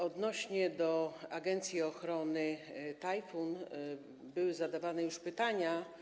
Odnośnie do agencji ochrony Tajfun były zadawane już pytania.